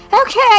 okay